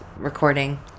recording